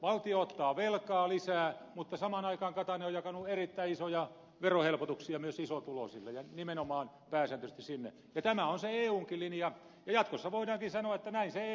valtio ottaa velkaa lisää mutta samaan aikaan katainen on jakanut erittäin isoja verohelpotuksia myös isotuloisille ja nimenomaan pääsääntöisesti sinne ja tämä on se eunkin linja ja jatkossa voidaankin sanoa että näin se eu käskee